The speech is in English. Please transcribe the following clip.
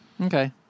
Okay